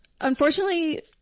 unfortunately